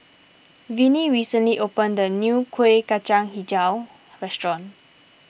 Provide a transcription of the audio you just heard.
Vinnie recently opened a new Kuih Kacang HiJau restaurant